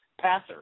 passer